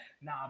nah